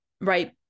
right